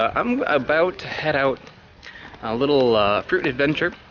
i'm about to head out a little fruit adventure,